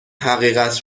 حقیقت